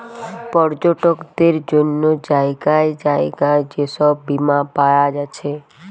পর্যটকদের জন্যে জাগায় জাগায় যে সব বীমা পায়া যাচ্ছে